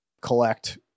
collect